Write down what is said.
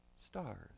stars